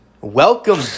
Welcome